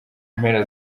mpera